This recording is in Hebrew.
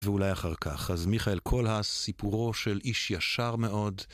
ואולי אחר כך. אז מיכאל, כל הסיפורו של איש ישר מאוד.